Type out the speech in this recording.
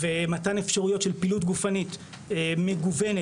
מתן אפשרויות של פעילות גופנית מגוונת,